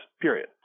period